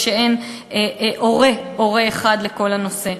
ושאין הורה אחד לכל הנושא.